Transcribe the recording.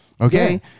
Okay